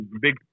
big